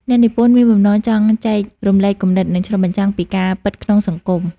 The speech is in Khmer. អ្នកនិពន្ធមានបំណងចង់ចែករំលែកគំនិត និងឆ្លុះបញ្ចាំងពីការពិតក្នុងសង្គម។